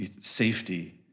safety